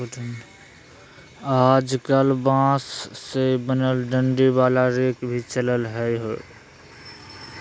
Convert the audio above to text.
आजकल बांस से बनल डंडी वाला रेक भी चलल हय